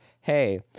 hey